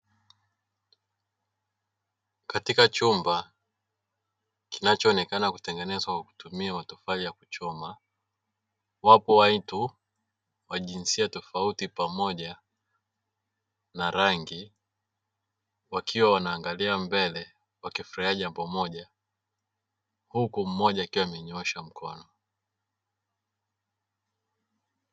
Katika chumba kinachoonekana kutengenezwa kwa kutumia watofali ya kuchoma, wapo watu wa jinsia tofauti pamoja na rangi wakiwa wanaangalia mbele wakifurahia jambo moja huku mmoja akiwa amenyoosha mkono.